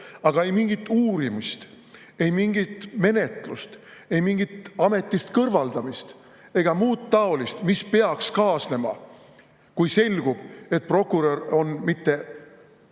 Aga ei mingit uurimist, ei mingit menetlust, ei mingit ametist kõrvaldamist ega muud taolist, mis peaks kaasnema, kui selgub, et prokurör [ei]